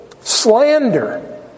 slander